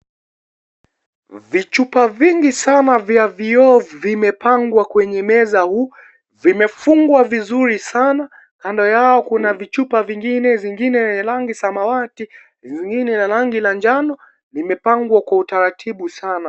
Vichupa vingi sana vya vio vimepangwa kwenye meza huu vimefungwa vizuri sana kando yao kuna vichupa vingine, vingine vya rangi samawati ngine la rangi la njano imepangwa kwa utaratibu sana.